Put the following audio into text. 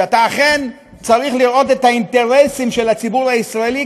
שאתה אכן צריך לראות את האינטרסים של הציבור הישראלי,